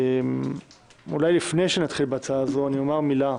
אולי לפני שנתחיל, אני אומר מילה,